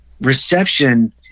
reception